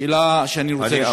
שאלה שאני רוצה לשאול,